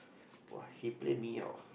!wah! he played me out